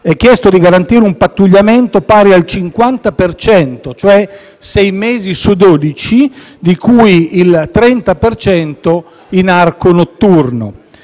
è chiesto di garantire un pattugliamento pari al 50 per cento, cioè sei mesi su dodici, di cui il 30 per cento in arco notturno.